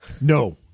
No